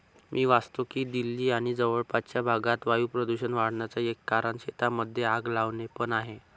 मी वाचतो की दिल्ली आणि जवळपासच्या भागात वायू प्रदूषण वाढन्याचा एक कारण शेतांमध्ये आग लावणे पण आहे